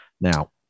now